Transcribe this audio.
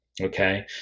okay